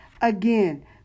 Again